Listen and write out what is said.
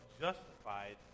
justified